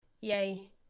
yay